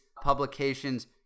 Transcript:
publications